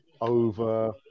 over